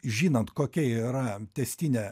žinant kokia yra tęstinė